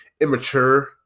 immature